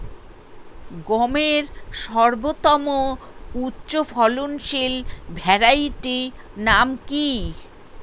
গমের সর্বোত্তম উচ্চফলনশীল ভ্যারাইটি নাম কি?